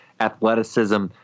athleticism